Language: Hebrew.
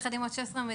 יחד עם עוד 16 מדינות,